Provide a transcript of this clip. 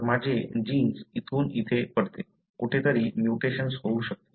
तर माझे जीन्स इथून इथे पडते कुठेतरी म्युटेशन्स होऊ शकते